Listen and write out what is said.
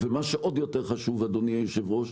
ומה שעוד יותר חשוב, אדוני היושב-ראש,